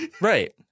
Right